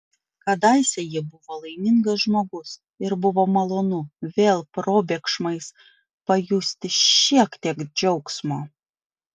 kadaise ji buvo laimingas žmogus ir buvo malonu vėl probėgšmais pajusti šiek tiek džiaugsmo